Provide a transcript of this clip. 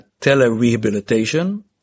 tele-rehabilitation